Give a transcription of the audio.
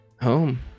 Home